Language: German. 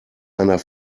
einer